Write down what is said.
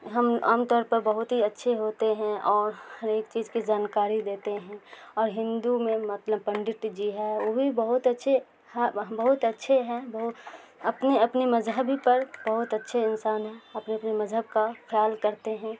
ہم عام طور پر بہت ہی اچھے ہوتے ہیں اور ہر ایک چیز کی جانکاری دیتے ہیں اور ہندو میں مطلب پنڈت جی ہے وہ بھی بہت اچھے ہاں بہت اچھے ہیں بہ اپنے اپنے مذہبی پر بہت اچھے انسان ہیں اپنے اپنے مذہب کا خیال کرتے ہیں